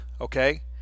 okay